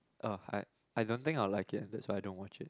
oh I I don't think I'll like it that's why don't watch it